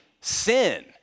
sin